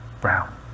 brown